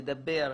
לדבר.